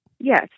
Yes